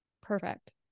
Perfect